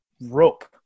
rope